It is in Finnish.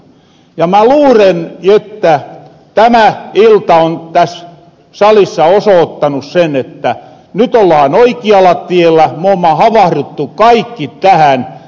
ja mä luulen että tämä ilta on täs salissa osoottanu sen että nyt ollahan oikialla tiellä me oomma havahruttu kaikki tähän